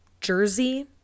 jersey